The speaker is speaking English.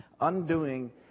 undoing